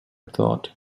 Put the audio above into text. thought